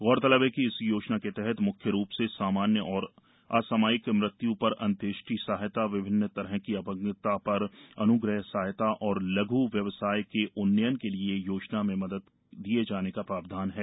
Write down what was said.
गौरतलब है कि इस योजना के तहत म्ख्य रूप से सामान्य और असामयिक मृत्य् पर अंत्येष्टि सहायता विभिन्न तरह की अपंगता पर अन्ग्रह सहायता और लघ् व्यवसाय के उन्नयन के लिए योजना में मदद दिए जाने का प्रावधान है